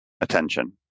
attention